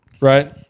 right